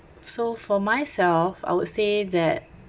so for myself I would say that